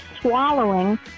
swallowing